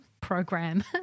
program